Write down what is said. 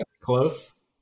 Close